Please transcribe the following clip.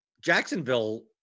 Jacksonville